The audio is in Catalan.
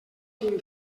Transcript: tinc